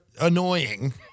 annoying